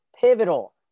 pivotal